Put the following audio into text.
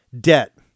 Debt